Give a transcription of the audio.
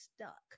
stuck